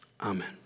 Amen